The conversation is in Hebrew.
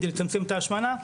כדי לצמצם את ההשמנה,